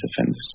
offenders